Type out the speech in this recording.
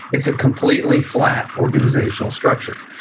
it's a completely flat organizational structure.